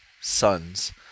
sons